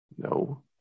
No